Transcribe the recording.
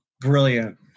brilliant